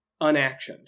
unactioned